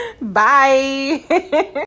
Bye